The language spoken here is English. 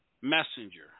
Messenger